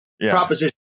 Proposition